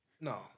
No